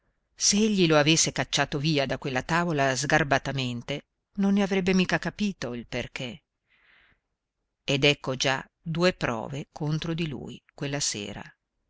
egli lo avesse cacciato via da quella tavola sgarbatamente non ne avrebbe mica capito il perché ed ecco già due prove contro di lui quella sera